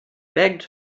begged